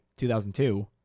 2002